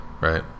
Right